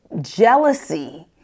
jealousy